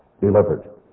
delivered